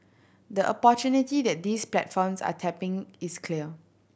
the opportunity that these platforms are tapping is clear